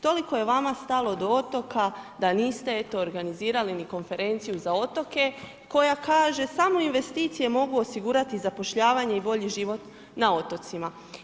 Toliko je vama stalo do otoka, da niste eto, organizirali konferenciju za otoke, koja kaže, samo investicije, mogu osiguravati zapošljavanje i bolji život na otocima.